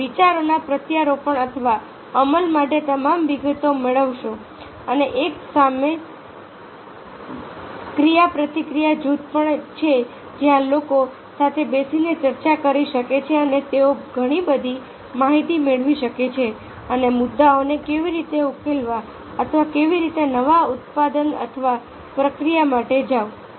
અને વિચારોના પ્રત્યારોપણ અથવા અમલ માટે તમામ વિગતો મેળવશે અને એક સામ સામે ક્રિયાપ્રતિક્રિયા જૂથ પણ છે જ્યાં લોકો સાથે બેસીને ચર્ચા કરી શકે છે અને તેઓ ઘણી બધી માહિતી મેળવી શકે છે અને મુદ્દાઓને કેવી રીતે ઉકેલવા અથવા કેવી રીતે નવા ઉત્પાદન અથવા પ્રક્રિયા માટે જાઓ